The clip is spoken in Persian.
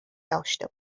داشته